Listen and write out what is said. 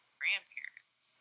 grandparents